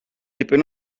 dipyn